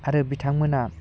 आरो बिथांमोना